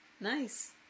Nice